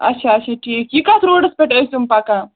اَچھا اَچھا ٹھیٖک یہِ کَتھ روڈَس پٮ۪ٹھ ٲسۍ یِم پَکان